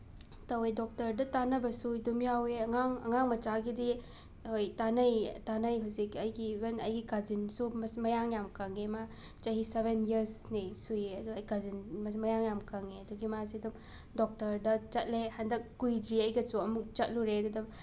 ꯇꯧꯋꯦ ꯗꯣꯛꯇꯔꯗ ꯇꯥꯟꯅꯕꯁꯨ ꯑꯗꯨꯝ ꯌꯥꯎꯋꯦ ꯑꯉꯥꯡ ꯑꯉꯥꯡ ꯃꯆꯥꯒꯤꯗꯤ ꯍꯣꯏ ꯇꯥꯟꯅꯩ ꯇꯥꯟꯅꯩ ꯍꯧꯖꯤꯛ ꯑꯩꯒꯤ ꯏꯚꯟ ꯑꯩꯒꯤ ꯀꯖꯤꯟꯁꯨ ꯃꯥꯁꯤ ꯃꯌꯥꯡ ꯌꯥꯝ ꯀꯪꯉꯦ ꯃꯥ ꯆꯍꯤ ꯁꯕꯦꯟ ꯏꯌꯔꯁꯅꯤ ꯁꯨꯏꯌꯦ ꯑꯗꯨ ꯑꯩ ꯀꯖꯤꯟ ꯃꯥꯁꯦ ꯃꯌꯥꯡ ꯌꯥꯝ ꯀꯪꯉꯦ ꯑꯗꯣ ꯃꯥꯁꯦ ꯑꯗꯨꯝ ꯗꯣꯛꯇꯔꯗ ꯆꯠꯂꯦ ꯍꯟꯗꯛ ꯀꯨꯏꯗ꯭ꯔꯤ ꯑꯩꯒꯁꯨ ꯑꯃꯨꯛ ꯆꯠꯂꯨꯔꯦ ꯑꯗꯨꯗ